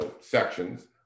sections